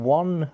one